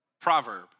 proverb